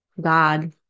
God